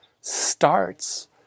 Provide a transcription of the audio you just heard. starts